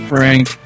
Frank